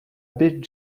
baie